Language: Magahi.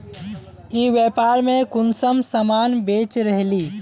ई व्यापार में कुंसम सामान बेच रहली?